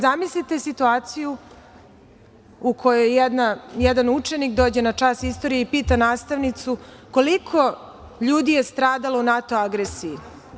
Zamislite situaciju u kojoj jedan učenik dođe na čas istorije i pita nastavnicu – koliko ljudi je stradalo u NATO agresiji.